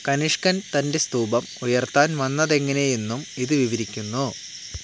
കനിഷ്കൻ തൻ്റെ സ്തൂപം ഉയർത്താൻ വന്നതെങ്ങനെയെന്നും ഇത് വിവരിക്കുന്നു